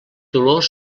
dolors